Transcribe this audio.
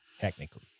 Technically